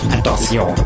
Attention